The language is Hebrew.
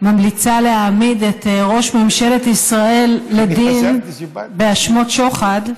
ממליצה להעמיד את ראש ממשלת ישראל לדין באשמות שוחד.